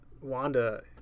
Wanda